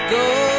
go